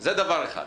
זה דבר אחד.